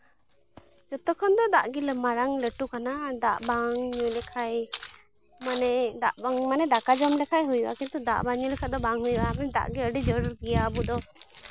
ᱡᱚᱛᱚ ᱠᱷᱚᱱ ᱫᱚ ᱫᱟᱜ ᱜᱮ ᱢᱟᱨᱟᱝ ᱞᱟᱹᱴᱩ ᱠᱟᱱᱟ ᱫᱟᱜ ᱵᱟᱝ ᱧᱩ ᱞᱮᱠᱷᱟᱱ ᱢᱟᱱᱮ ᱫᱟᱜ ᱵᱟᱝ ᱢᱟᱱᱮ ᱫᱟᱠᱟ ᱡᱚᱢ ᱞᱮᱠᱷᱟᱱ ᱦᱩᱭᱩᱜᱼᱟ ᱠᱤᱱᱛᱩ ᱫᱟᱜ ᱵᱟᱝ ᱧᱩ ᱞᱮᱠᱷᱟᱱ ᱫᱚ ᱵᱟᱝ ᱦᱩᱭᱩᱜᱼᱟ ᱫᱟᱜ ᱜᱮ ᱟᱹᱰᱤ ᱡᱟᱹᱨᱩᱲ ᱜᱮᱭᱟ ᱟᱵᱚ ᱫᱚ